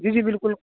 جی جی بالکل